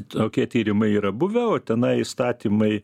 tokie tyrimai yra buvę o tenai įstatymai